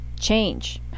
Change